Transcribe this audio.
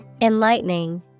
Enlightening